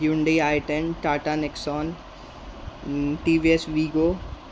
Hyundai i ten Tata Nexon T V S we go